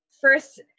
first